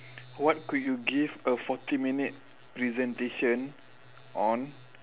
what could you give a forty minute presentation on